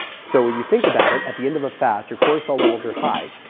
so when you think about it, at the end of a fast, your cortisol levels are high.